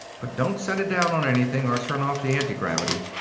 but don't set it down on anything, or turn off the antigravity.